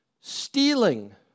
Stealing